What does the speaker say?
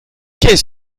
qu’est